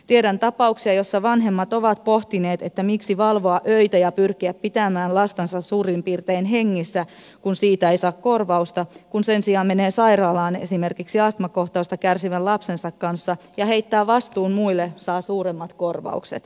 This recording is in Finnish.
tiedän ta pauksia joissa vanhemmat ovat pohtineet miksi valvoa öitä ja pyrkiä pitämään lastansa suurin piirtein hengissä kun siitä ei saa korvausta kun jos sen sijaan menee sairaalaan esimerkiksi astmakohtauksesta kärsivän lapsensa kanssa ja heittää vastuun muille saa suuremmat korvaukset